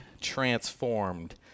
transformed